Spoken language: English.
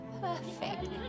perfect